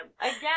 Again